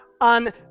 on